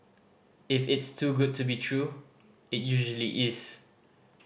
if it's too good to be true it usually is